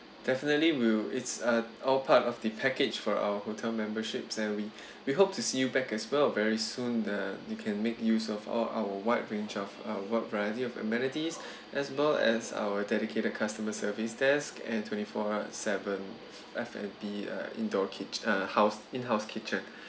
definitely will it's a all part of the package for our hotel memberships and we we hope to see you back as well very soon the you can make use of all our wide range of our wide variety of amenities as well as our dedicated customer service desk and twenty four seven F&B uh indoor kitch~ uh house in house kitchen